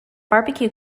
barbecue